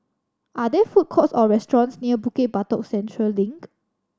are there food courts or restaurants near Bukit Batok Central Link